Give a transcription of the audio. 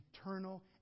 eternal